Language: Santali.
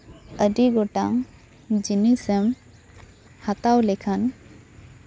ᱟᱹᱰᱤ ᱜᱚᱴᱟᱝ ᱡᱤᱱᱤᱥ ᱮᱢ ᱦᱟᱛᱟᱣ ᱞᱮᱠᱷᱟᱱ